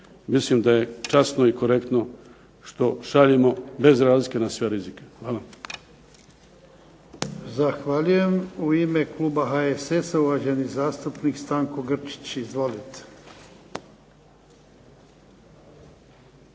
mislim da je časno i korektno što šaljemo bez razlike na sve rizike. Hvala.